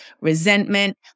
resentment